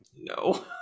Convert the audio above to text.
No